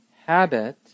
habit